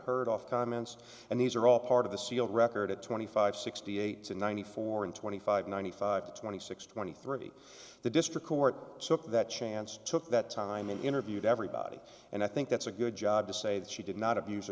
heard off comments and these are all part of the sealed record at twenty five sixty eight and ninety four and twenty five ninety five twenty six twenty three the district court took that chance took that time and interviewed everybody and i think that's a good job to say that she did not abuse